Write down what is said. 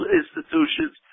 institutions